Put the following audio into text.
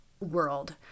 world